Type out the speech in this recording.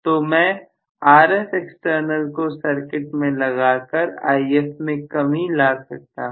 तो मैं Rfext को सर्किट में लगाकर If में कमी ला सकता हूं